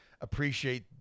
appreciate